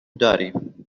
داریم